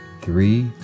three